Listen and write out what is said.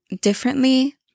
differently